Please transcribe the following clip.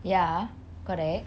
ya correct